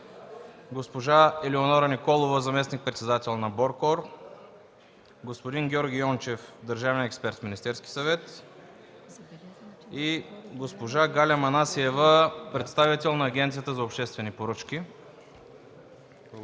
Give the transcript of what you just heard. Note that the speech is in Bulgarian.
госпожа Елеонора Николова – заместник-председател на „Боркор”, господин Георги Йончев – държавен експерт в Министерския съвет, и госпожа Галя Манасиева – представител на Агенцията за обществени поръчки.